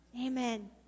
Amen